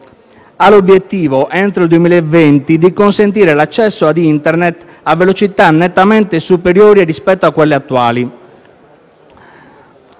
Ha l'obiettivo, entro il 2020, di consentire l'accesso ad Internet a velocità nettamente superiori rispetto a quelle attuali.